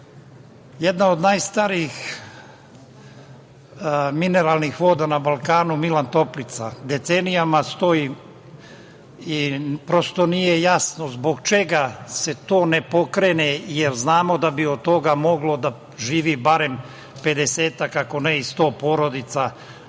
Jedna od najstarijih mineralnih voda na Balkanu „Milan Toplica“ decenijama stoji i nije jasno zbog čega se to ne pokrene, jer znamo da bi od toga moglo da živi barem 50 ako ne i 100 porodica,